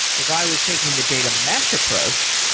if i was taking the data mesh approach,